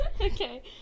Okay